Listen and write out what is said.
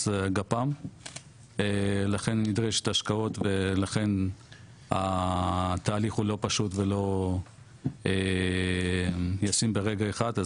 גפ"ם לכן נדרשות השקעות ולכן התהליך הוא לא פשוט ולא ישים ברגע אחד,